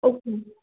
okay